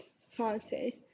society